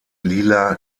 lila